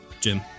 Jim